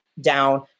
down